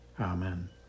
Amen